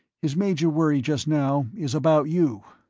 his major worry just now is about you.